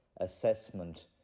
assessment